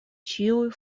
ĉiuj